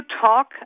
talk